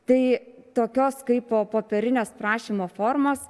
tai tokios kaipo popierinės prašymo formos